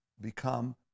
become